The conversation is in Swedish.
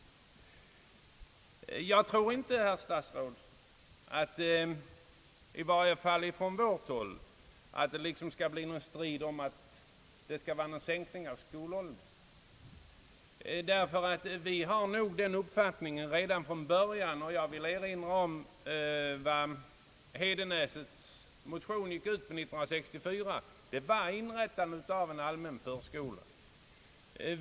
Jag tror inte, herr statsråd, att det i varje fall från vårt håll skall bli strid om en sänkning av skolåldern. Vi har nog vår uppfattning om den saken klar från början. Jag vill erinra om att herr Larssons i Hedenäset motion år 1964 gick ut på inrättandet av en allmän förskola.